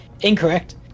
incorrect